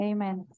Amen